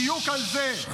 יחיא, כל מחיר נשלם, יחיא.